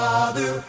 Father